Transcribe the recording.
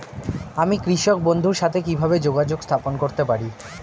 আমি কৃষক বন্ধুর সাথে কিভাবে যোগাযোগ স্থাপন করতে পারি?